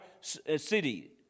city